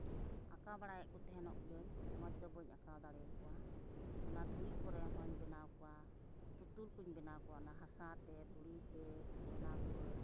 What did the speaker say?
ᱟᱸᱠᱟᱣ ᱵᱟᱲᱟᱭᱮᱫ ᱠᱚ ᱛᱟᱦᱮᱱ ᱜᱤᱭᱟᱹᱧ ᱢᱚᱡᱽ ᱫᱚ ᱵᱟᱹᱧ ᱟᱸᱠᱟᱣ ᱫᱟᱲᱮᱭᱟᱠᱚᱣᱟ ᱚᱱᱟ ᱫᱷᱩᱲᱚ ᱠᱚᱨᱮ ᱦᱚᱧ ᱵᱮᱱᱟᱣ ᱠᱚᱣᱟ ᱯᱩᱛᱩᱞ ᱠᱚᱧ ᱵᱮᱱᱟᱣ ᱠᱚᱣᱟ ᱚᱱᱟ ᱦᱟᱥᱟ ᱛᱮ ᱫᱷᱩᱲᱤ ᱛᱮ ᱵᱮᱱᱟᱣ ᱠᱚᱣᱟᱹᱧ